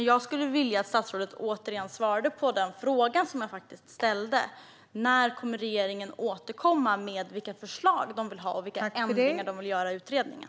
Jag skulle vilja att statsrådet svarade på den fråga som jag ställde: När kommer regeringen att återkomma om vilka förslag den vill ha och vilka ändringar den vill göra i utredningen?